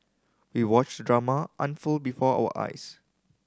we watched drama unfold before our eyes